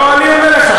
לא, אני עונה לך.